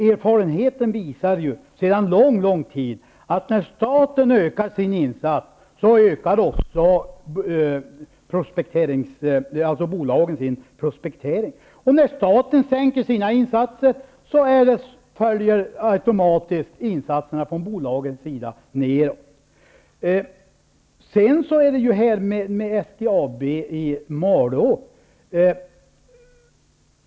Erfarenheten sedan lång tid visar att när staten ökar sin insats ökar också bolagen sin prospektering, och när staten minskar sina insatser följer insatserna från bolagens sidan automatiskt med nedåt. Så det här med SGAB i Malå.